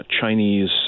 Chinese